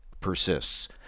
persists